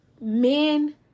men